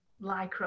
lycra